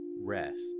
rest